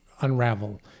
unravel